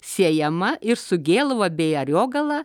siejama ir su gėluva bei ariogala